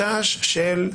חשש לא